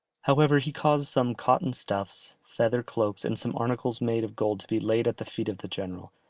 however, he caused some cotton stuffs, feather cloaks, and some articles made of gold to be laid at the feet of the general,